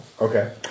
Okay